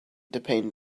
depend